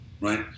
right